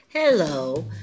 Hello